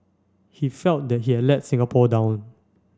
he felt that he had let Singapore down